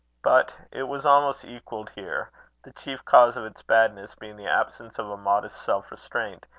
but it was almost equalled here the chief cause of its badness being the absence of a modest self-restraint,